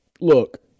look